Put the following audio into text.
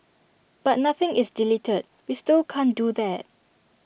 but nothing is deleted we still can't do that